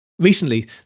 Recently